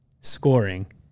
scoring